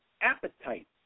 appetite